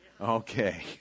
Okay